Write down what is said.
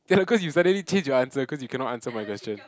cannot cause you suddenly change your answer cause you cannot answer my question